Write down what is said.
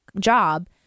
job